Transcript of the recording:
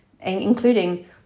including